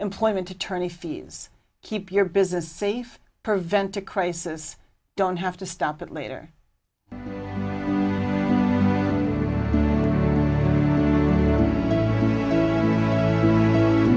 employment attorney fees keep your business safe prevent a crisis don't have to stop it later